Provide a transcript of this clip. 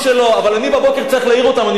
לא אמרתי שלא, אבל בבוקר אני צריך להעיר אותם.